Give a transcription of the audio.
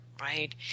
right